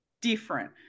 different